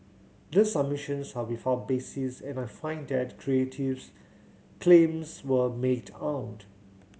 these submissions are without basis and I find that Creative's claims were made out